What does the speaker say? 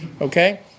okay